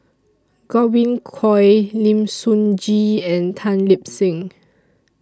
Godwin Koay Lim Sun Gee and Tan Lip Seng